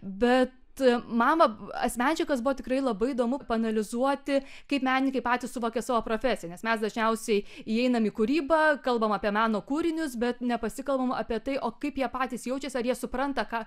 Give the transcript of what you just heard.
bet man asmeniškai kas buvo tikrai labai įdomu paanalizuoti kaip menininkai patys suvokia savo profesiją nes mes dažniausiai įeinam į kūrybą kalbam apie meno kūrinius bet nepasikalbam apie tai o kaip jie patys jaučiasi ar jie supranta ką